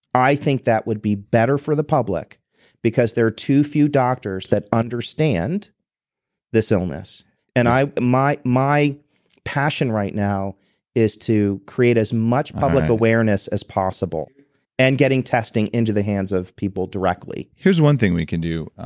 i think that would be better for the public because there are too few doctors that understand this illness and i, my my passion right now is to create as much public awareness as possible and getting testing into the hands of people, directly here's one thing we can do.